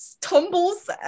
tumbles